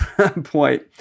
point